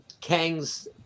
Kang's